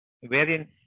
wherein